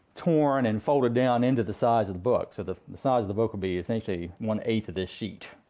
torn and folded down into the size of the book. so the the size of the book would be essentially one eight of this sheet,